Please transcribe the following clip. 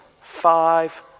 five